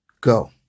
Go